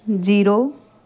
zero